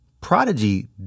Prodigy